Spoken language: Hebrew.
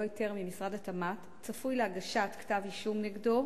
היתר ממשרד התמ"ת צפוי להגשת כתב אישום נגדו,